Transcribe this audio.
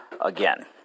again